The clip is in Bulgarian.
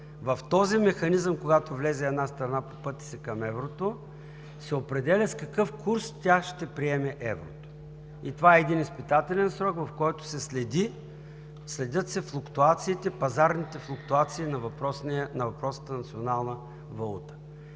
в този механизъм по пътя си към еврото, се определя с какъв курс тя ще приеме еврото. Това е изпитателен срок, в който се следят флуктуациите, пазарните флуктуации на въпросната национална валута.